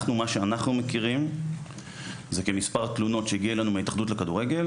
אנחנו מכירים מספר תלונות שהגיעו אלינו מההתאחדות לכדורגל.